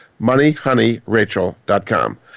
moneyhoneyrachel.com